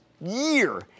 year